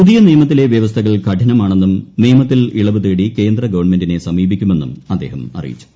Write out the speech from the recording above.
പുതിയ ന്രിയമത്തിലെ വ്യവസ്ഥകൾ കഠിനമാണെന്നും നിയമത്തിൽ ഇളവ് തേടി കേന്ദ്രഗവൺമെന്റിനെ സമീപിക്കുമെന്നും അദ്ദേഹം അറിയിച്ചു